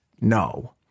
no